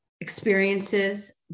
experiences